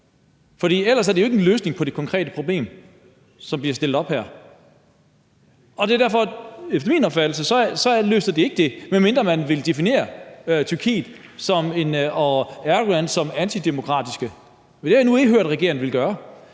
her. Ellers er det jo ikke en løsning på det konkrete problem, som bliver stillet op her. Efter min opfattelse løser det det ikke, medmindre man vil definere Tyrkiet og Erdogan som antidemokratiske. Det har jeg endnu ikke hørt regeringen ville gøre.